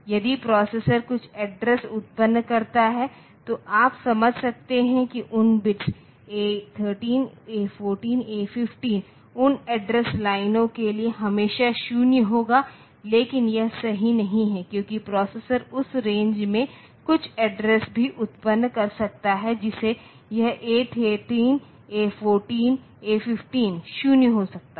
यदि प्रोसेसर कुछ एड्रेस उत्पन्न करता है तो आप समझ सकते हैं कि उन बिट A13 A14 A15 उन एड्रेस लाइनों के लिए हमेशा 0 होगा लेकिन यह सही नहीं है क्योंकि प्रोसेसर उस रेंज में कुछ एड्रेस भी उत्पन्न कर सकता है जिसमें यह A13 A14 A15 0 हो सकता है